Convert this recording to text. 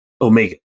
Omega